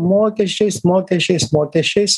mokesčiais mokesčiais mokesčiais